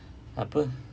apa